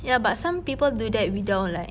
ya but some people do that without like